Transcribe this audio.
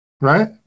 right